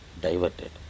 diverted